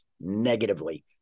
negatively